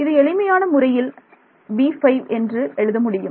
இது எளிமையான முறையில் b5 என்று எழுத முடியும்